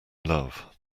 love